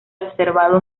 observado